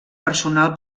personal